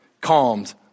calmed